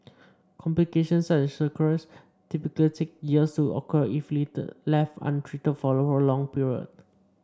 complications such as cirrhosis typically take years to occur if left untreated for a prolonged period